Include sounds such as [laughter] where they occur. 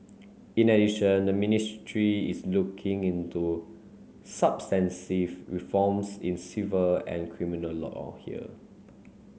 in addition the ministry is looking into [unintelligible] reforms in civil and criminal law on here